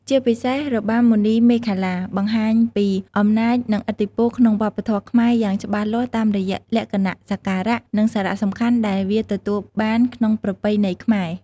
ជាពិសេសរបាំមណីមេខលា បង្ហាញពីអំណាចនិងឥទ្ធិពលក្នុងវប្បធម៌ខ្មែរយ៉ាងច្បាស់លាស់តាមរយៈលក្ខណៈសក្ការៈ និងសារៈសំខាន់ដែលវាទទួលបានក្នុងប្រពៃណីខ្មែរ។